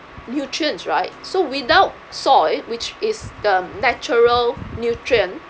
nutrients right so without soil which is the natural nutrient